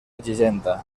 llegenda